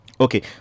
Okay